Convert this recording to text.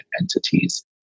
entities